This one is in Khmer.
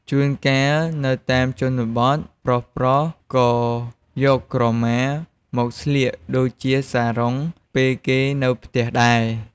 ជួនកាល នៅតាមជនបទ ប្រុសៗក៏យកក្រមាមកស្លៀកដូចជាសារ៉ុង ពេលគេនៅផ្ទះដែរ។